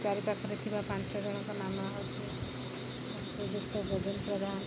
ଚାରିପାଖରେ ଥିବା ପାଞ୍ଚ ଜଣଙ୍କ ନାମ ହେଉଛି ଶ୍ରୀଯୁକ୍ତ ଗୋବିନ୍ଦ ପ୍ରଧାନ